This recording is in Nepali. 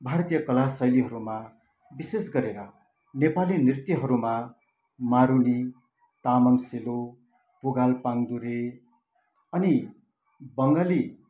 भारतीय कला शैलीहरूमा विशेष गरेर नेपाली नृत्यहरूमा मारुनी तामाङ सेलो पुगाल पाङ्गदुरे अनि बङ्गाली